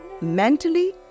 Mentally